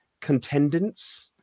contendants